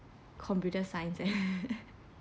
computer science eh